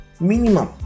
Minimum